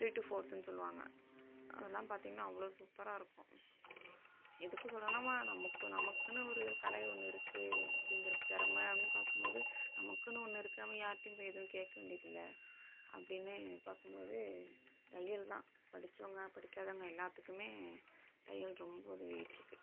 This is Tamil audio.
த்ரீ டு ஃபோர்த்துனு சொல்லுவாங்க அதெல்லாம் பார்த்திங்கன்னா அவ்வளோ சூப்பராக இருக்கும் எதுக்கு சொல்கிறேன்னா மா நமக்கு நமக்குன்னு ஒரு கலை ஒன்று இருக்குது அப்படிங்கிற திறமனு பார்க்கும் போது நமக்குன்னு ஒன்று இருக்குது நம்ம யார்கிட்டையும் போய் எதுவும் கேட்க வேண்டியது இல்லை அப்படினு பார்க்கும் போது தையல் தான் படித்தவங்க படிக்காதவங்க எல்லாத்துக்குமே தையல் ரொம்ப உதவிகிட்டிருக்கு